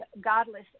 godless